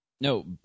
No